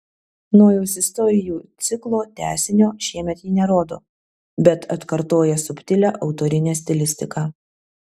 nojaus istorijų ciklo tęsinio šiemet ji nerodo bet atkartoja subtilią autorinę stilistiką